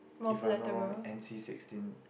if I'm not wrong N_C sixteen